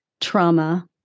trauma